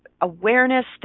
awareness